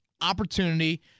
opportunity